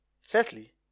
Firstly